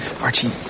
archie